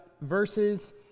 verses